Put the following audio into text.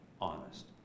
honest